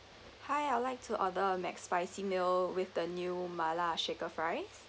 hi I'd like to order a mcspicy meal with the new mala shaker fries